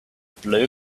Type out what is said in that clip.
blue